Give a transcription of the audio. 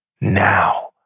now